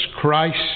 Christ